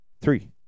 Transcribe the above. Three